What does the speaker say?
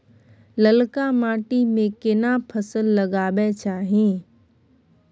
ललका माटी में केना फसल लगाबै चाही?